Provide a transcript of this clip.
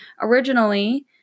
originally